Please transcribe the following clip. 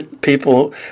people